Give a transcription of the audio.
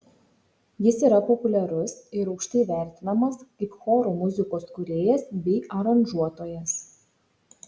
jis yra populiarus ir aukštai vertinamas kaip choro muzikos kūrėjas bei aranžuotojas